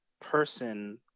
person